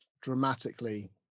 dramatically